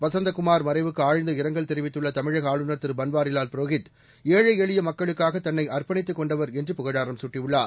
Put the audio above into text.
வசந்தகுமார் மறைவுக்கு ஆழ்ந்த இரங்கல் தெரிவித்துள்ள தமிழக ஆளுநர் திரு பன்வாரிலால் புரோஹித் ஏழை எளிய மக்களுக்காக தன்னை அர்ப்பணித்துக் கொண்டவர் என்று புகழாரம் சூட்டியுள்ளார்